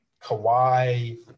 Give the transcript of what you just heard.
Kawhi